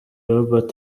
robert